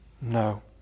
No